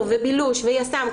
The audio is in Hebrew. ובילוש ויס"מ,